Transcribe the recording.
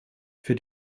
für